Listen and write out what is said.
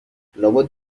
لابد